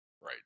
Right